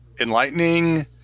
enlightening